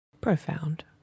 Profound